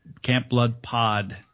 CampBloodPod